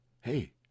hey